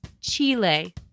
Chile